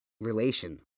relation